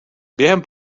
během